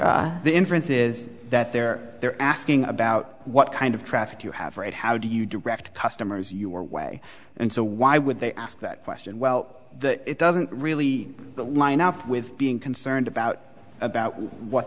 have the inference is that they're they're asking about what kind of traffic you have read how do you direct customers your way and so why would they ask that question well it doesn't really line up with being concerned about about what